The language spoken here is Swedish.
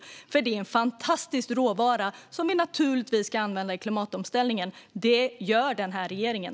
Det är nämligen en fantastisk råvara som vi naturligtvis ska använda i klimatomställningen, och det gör den här regeringen.